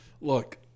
look